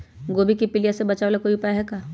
गोभी के पीलिया से बचाव ला कोई उपाय है का?